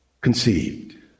conceived